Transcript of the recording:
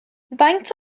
faint